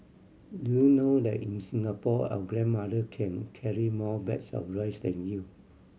do you know that in Singapore our grandmother can carry more bags of rice than you